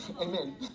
Amen